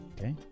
Okay